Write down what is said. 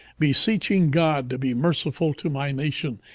beseeching god to be merciful to my nation,